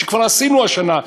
שכבר עשינו השנה.